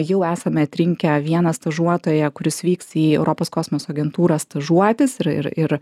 jau esame atrinkę vieną stažuotoją kuris vyks į europos kosmoso agentūrą stažuotis ir ir ir